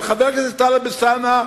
אבל חבר הכנסת טלב אלסאנע,